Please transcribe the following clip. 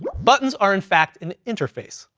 buttons are in fact an interface.